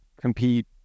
compete